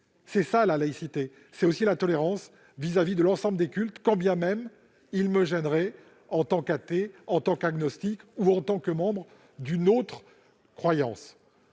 laïcité. La laïcité, c'est aussi la tolérance vis-à-vis de l'ensemble des cultes, quand bien même ils me gêneraient en tant qu'athée, agnostique ou membre d'une autre croyance.